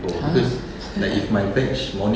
!huh!